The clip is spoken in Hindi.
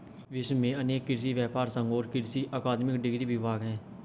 विश्व में अनेक कृषि व्यापर संघ और कृषि अकादमिक डिग्री विभाग है